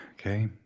Okay